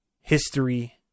history